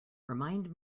remind